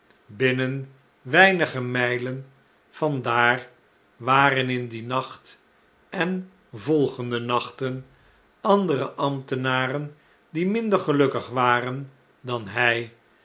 binnen weinige mn'len van daar waren in dien nacht en volgende nachten andere ambtenaren die minder gelukkig waren dan hy